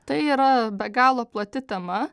tai yra be galo plati tema